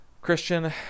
Christian